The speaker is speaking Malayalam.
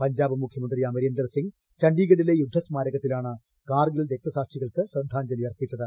പഞ്ചാബ് മുഖ്യമന്ത്രി അമരീന്ദർ സിംഗ് ചണ്ഡിഗഡിലെ യുദ്ധസ്മാരകത്തിലാണ് കാർഗിൽ രക്തസാക്ഷികൾക്ക് ശ്രദ്ധാജ്ഞലി അർപ്പിച്ചത്